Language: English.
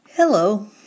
Hello